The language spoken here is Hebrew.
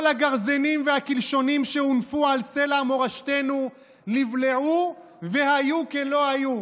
כל הגרזנים והקלשונים שהונפו על סלע מורשתנו נבלעו והיו כלא היו,